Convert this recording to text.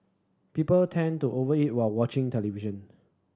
people tend to over eat while watching television